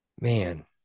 Man